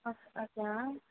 okay ma'am